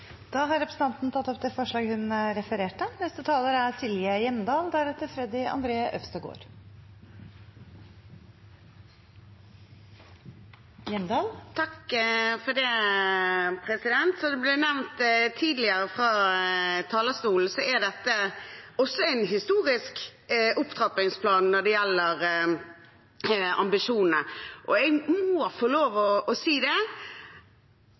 Som det ble nevnt tidligere fra talerstolen, er dette en historisk opptrappingsplan når det gjelder ambisjonene. Jeg må få lov til å si at jeg synes det